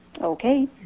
okay